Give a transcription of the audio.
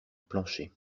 plancher